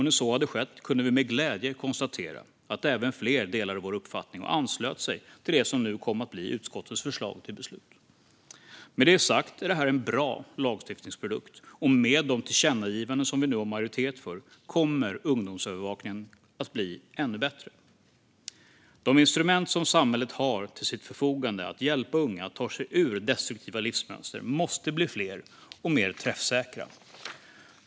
När så hade skett kunde vi med glädje konstatera att fler delade vår uppfattning och anslöt sig till det som nu kom att bli utskottets förslag till beslut. Med det sagt är detta en bra lagstiftningsprodukt, och med de tillkännagivanden vi nu har majoritet för kommer ungdomsövervakningen att bli ännu bättre. De instrument som samhället har till sitt förfogande för att hjälpa unga att ta sig ur destruktiva livsmönster måste bli fler och mer träffsäkra.